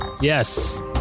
yes